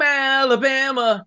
alabama